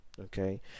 Okay